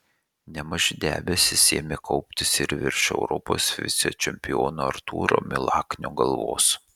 nemaži debesys ėmė kauptis ir virš europos vicečempiono artūro milaknio galvos